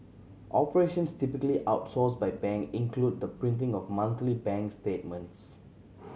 operations typically outsourced by bank include the printing of monthly bank statements